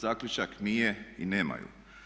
Zaključak nije i nema.